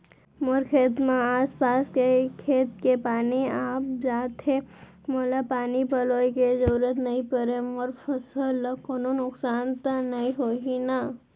मोर खेत म आसपास के खेत के पानी आप जाथे, मोला पानी पलोय के जरूरत नई परे, मोर फसल ल कोनो नुकसान त नई होही न?